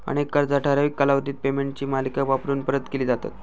अनेक कर्जा ठराविक कालावधीत पेमेंटची मालिका वापरून परत केली जातत